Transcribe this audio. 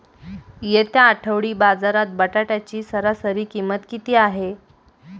येत्या आठवडी बाजारात बटाट्याची सरासरी किंमत किती आहे?